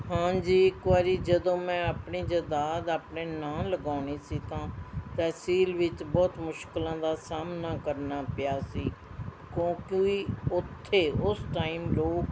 ਹਾਂਜੀ ਇੱਕ ਵਾਰੀ ਜਦੋਂ ਮੈਂ ਆਪਣੀ ਜਾਇਦਾਦ ਆਪਣੇ ਨਾਮ ਲਗਵਾਉਣੀ ਸੀ ਤਾਂ ਤਹਿਸੀਲ ਵਿੱਚ ਬਹੁਤ ਮੁਸ਼ਕਲਾਂ ਦਾ ਸਾਹਮਣਾ ਕਰਨਾ ਪਿਆ ਸੀ ਕਿਉਂਕਿ ਉੱਥੇ ਉਸ ਟਾਈਮ ਲੋਕ